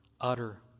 utter